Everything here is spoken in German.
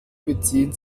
beziehen